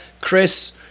Chris